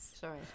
Sorry